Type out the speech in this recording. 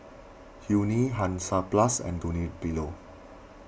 Yuri Hansaplast and Dunlopillo